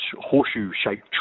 horseshoe-shaped